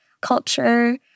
culture